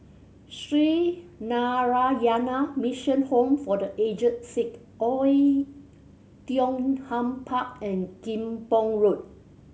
Sree Narayana Mission Home for The Aged Sick Oei Tiong Ham Park and Kim Pong Road